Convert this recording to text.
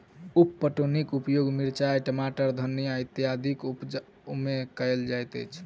उप पटौनीक उपयोग मिरचाइ, टमाटर, धनिया इत्यादिक उपजा मे कयल जाइत अछि